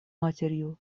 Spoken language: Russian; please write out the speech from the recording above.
матерью